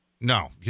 No